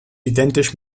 identisch